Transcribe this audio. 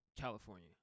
California